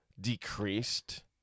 decreased